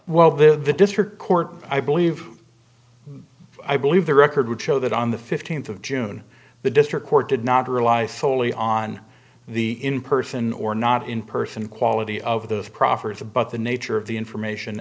well the district court i believe i believe the record would show that on the fifteenth of june the district court did not rely solely on the in person or not in person quality of those proffer is a but the nature of the information